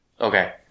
Okay